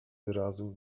wyrazu